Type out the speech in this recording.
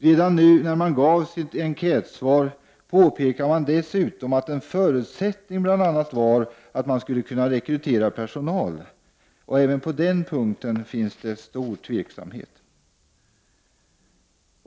Redan när man gav enkätsvaren påpekade man dessutom att en förutsättning bl.a. var att man kunde rekrytera personal. Även på den punkten finns det nu stor tveksamhet.